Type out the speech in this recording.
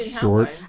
Short